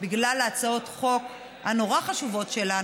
בגלל הצעות החוק הנורא-חשובות שלנו,